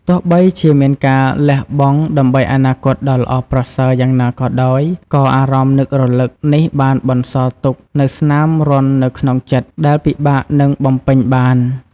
ទោះបីជាមានការលះបង់ដើម្បីអនាគតដ៏ល្អប្រសើរយ៉ាងណាក៏ដោយ ក៏អារម្មណ៍នឹករលឹកនេះបានបន្សល់ទុកនូវស្នាមរន្ធនៅក្នុងចិត្ត ដែលពិបាកនឹងបំពេញបាន។